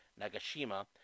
Nagashima